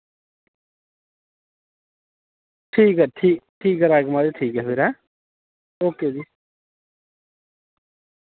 ठीक ऐ ठीक ऐ राजकुमार जी ठीक ऐ फिर ऐं ओके जी